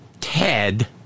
Ted